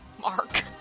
Mark